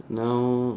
now now